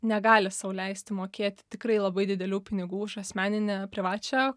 negali sau leisti mokėti tikrai labai didelių pinigų už asmeninę privačią